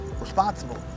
responsible